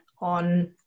on